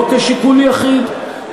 לא כשיקול יחיד,